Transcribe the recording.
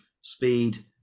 Speed